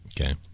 Okay